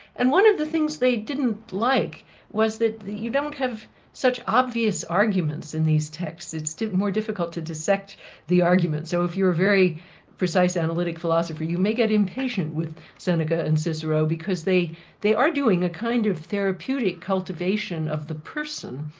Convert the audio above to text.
and one of the things they didn't like was that you don't have such obvious arguments in these texts, it's more difficult to dissect the arguments, so if you're a very precise analytic philosopher you may get impatient with seneca and cicero because they they arguing a kind of therapeutic cultivation of the person,